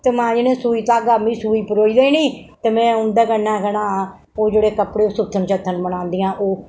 ते मां जी ने सुई धागा मिगी सुई परोई देनी ते में उंदे कन्नै केह् नांऽ ओह् जेह्ड़़े कपड़े सुत्थन साथन बनांदियां हा ओह्